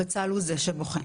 הבצל הוא זה שבוכה.